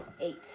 eight